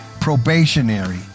probationary